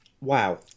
Wow